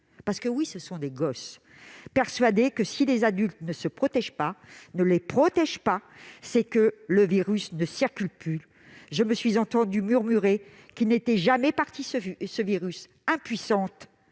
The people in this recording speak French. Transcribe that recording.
Parce que, oui, ce sont des gosses, persuadés que, si les adultes ne se protègent pas, ne les protègent pas, c'est que le virus ne circule plus ... Je me suis entendue murmurer qu'il n'était jamais parti, ce virus. « Impuissante,